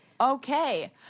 okay